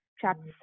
chapter